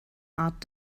art